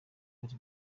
cote